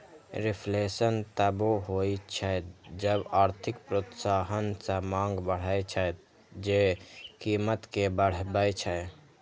reflation तबो होइ छै जब आर्थिक प्रोत्साहन सं मांग बढ़ै छै, जे कीमत कें बढ़बै छै